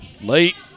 late